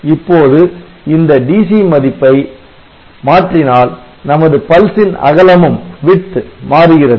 இப்போது இந்த DC மதிப்பை புள்ளிக் கோடு மாற்றினால் நமது Pulse ன் அகலமும் மாறுகிறது